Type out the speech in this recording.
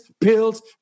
pills